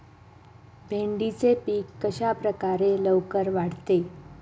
भेंडीचे पीक कशाप्रकारे लवकर वाढते?